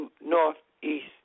Northeast